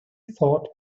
thought